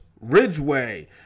Ridgeway